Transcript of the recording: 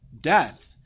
death